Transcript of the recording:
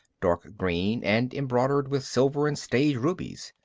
dark green and embroidered with silver and stage-rubies.